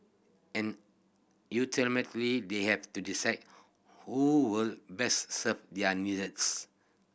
and they have to decide who would best serve their needs